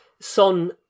son